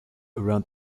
around